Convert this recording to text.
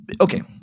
okay